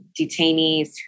detainees